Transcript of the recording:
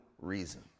reason